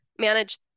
manage